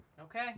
Okay